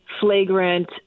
flagrant